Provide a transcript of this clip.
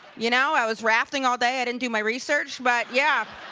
you know, i was rafting all day. i didn't do my research, but, yeah.